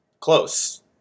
close